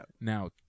now